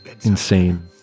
insane